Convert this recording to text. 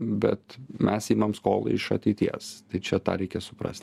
bet mes imam skolą iš ateities tai čia tą reikia suprasti